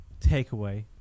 takeaway